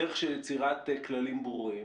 בדרך של יצירת כללים ברורים,